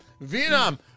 Vietnam